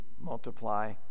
multiply